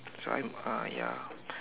so I'm uh ya